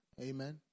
Amen